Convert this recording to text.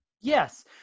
Yes